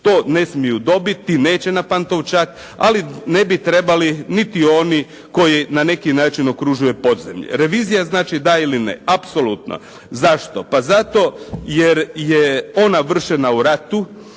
To ne smiju dobiti, neće na Pantovčak ali ne bi trebali niti oni koji na neki način okružuje podzemlje. Revizija da ili ne, apsolutno. Zašto? Pa zato jer je ona vršena u ratu,